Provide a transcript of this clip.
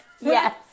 Yes